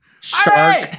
Shark